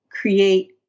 create